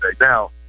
Now